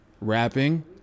rapping